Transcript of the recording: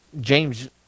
James